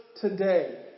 today